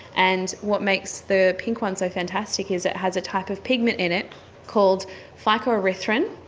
and what makes the pink one so fantastic is it has a type of pigment in it called phycoerythrin,